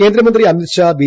കേന്ദ്രമന്ത്രി അമിത്ഷാ ബി